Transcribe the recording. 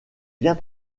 bien